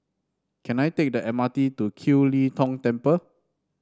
can I take the M R T to Kiew Lee Tong Temple